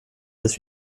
dass